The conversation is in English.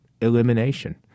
elimination